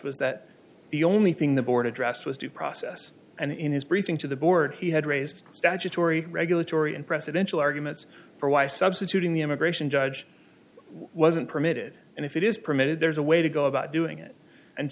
was that the only thing the board addressed was due process and in his briefing to the board he had raised statutory regulatory and presidential arguments for why substituting the immigration judge wasn't permitted and if it is permitted there's a way to go about doing it and